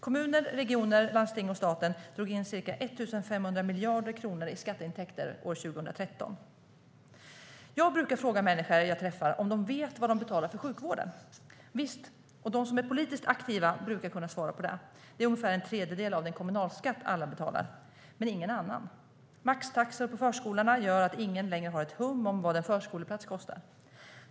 Kommuner, regioner, landsting och staten drog in ca 1 500 miljarder kronor i skatteintäkter 2013. Jag brukar fråga människor jag träffar om de vet vad de betalar för sjukvården. De som är politiskt aktiva brukar kunna svara på det - det är ungefär en tredjedel av den kommunalskatt alla betalar - men ingen annan. Maxtaxor på förskolorna gör att ingen längre har ett hum om vad en förskoleplats kostar.